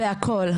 בכול.